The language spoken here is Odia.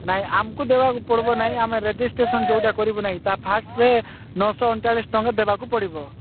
ନାଇଁ ଆମକୁ ଦେବାକୁ ପଡ଼ିବ ନାଇଁ ଆମେ ରେଜିଷ୍ଟ୍ରେସନ ଯୋଉଟା କରିବୁ ନାହିଁ ତା ଫାଷ୍ଟରେ ନଅଶହ ଅଣଚାଳିଶ ଟଙ୍କା ଦେବାକୁ ପଡ଼ିବ